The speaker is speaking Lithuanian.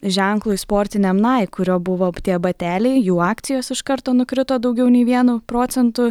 ženklui sportiniam naik kurio buvo tie bateliai jų akcijos iš karto nukrito daugiau nei vienu procentu